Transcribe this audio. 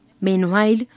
Meanwhile